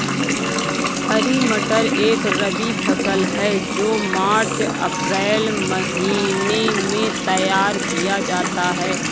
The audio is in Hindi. हरी मटर एक रबी फसल है जो मार्च अप्रैल महिने में तैयार किया जाता है